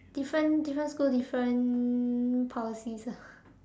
different different school different policies ah